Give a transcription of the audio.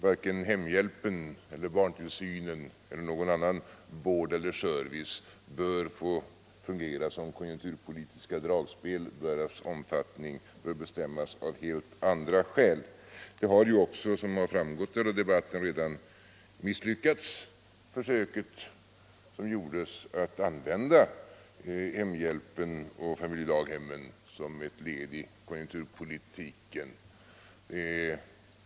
Varken hemhjälpen eller barntillsynen eller någon annan vård eller service bör få fungera som konjunkturpolitiska dragspel; deras omfattning bör bestämmas av helt andra skäl. Som redan framgått av debatten har man också misslyckats med det försök som gjordes att använda hemhjälpen och familjdaghemmen som ett led i konjunkturpolitiken.